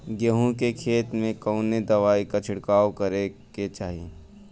गेहूँ के खेत मे कवने दवाई क छिड़काव करे के चाही?